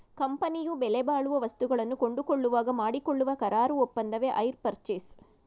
ಕಂಪನಿಯು ಬೆಲೆಬಾಳುವ ವಸ್ತುಗಳನ್ನು ಕೊಂಡುಕೊಳ್ಳುವಾಗ ಮಾಡಿಕೊಳ್ಳುವ ಕರಾರು ಒಪ್ಪಂದವೆ ಹೈರ್ ಪರ್ಚೇಸ್